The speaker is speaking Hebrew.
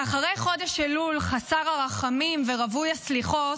ואחרי חודש אלול חסר הרחמים ורווי הסליחות,